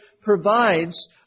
provides